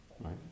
Right